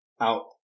out